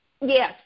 yes